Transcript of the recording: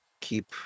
keep